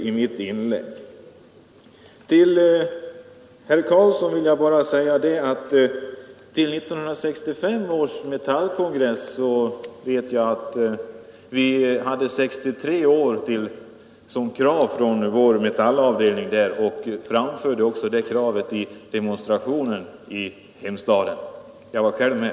Till herr Carlsson i Vikmanshyttan vill jag bara säga att vi till 1965 års Metallkongress som krav hade uppsatt 63 år för pensionering. Detta krav framförde vi också i den demonstration som företogs i hemstaden. Jag var själv med.